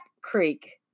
Creek